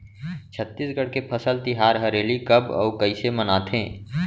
छत्तीसगढ़ के फसल तिहार हरेली कब अउ कइसे मनाथे?